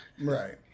Right